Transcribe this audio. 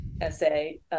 essay